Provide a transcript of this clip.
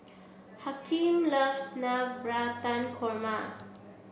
Hakeem loves Navratan Korma